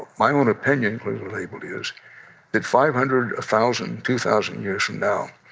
my own opinion clearly labeled is that five hundred, a thousand, two thousand years from now,